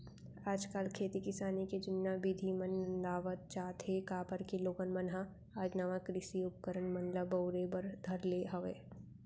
आज काल खेती किसानी के जुन्ना बिधि मन नंदावत जात हें, काबर के लोगन मन ह आज नवा कृषि उपकरन मन ल बउरे बर धर ले हवय